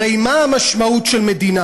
הרי מה המשמעות של מדינה?